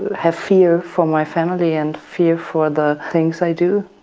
have fear for my family and fear for the things i do,